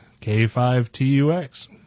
K5TUX